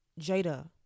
Jada